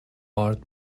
آرد